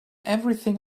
everything